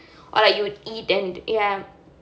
or like you eat and ya